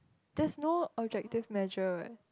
that's no objective measure